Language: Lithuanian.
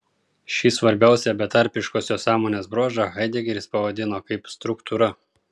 šį svarbiausią betarpiškosios sąmonės bruožą haidegeris pavadino kaip struktūra